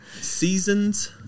seasons